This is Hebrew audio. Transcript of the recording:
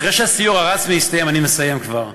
אחרי שהסיור הסתיים, אני מסיים כבר,